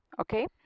Okay